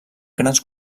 grans